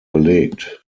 belegt